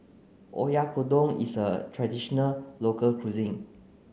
Oyakodon is a traditional local cuisine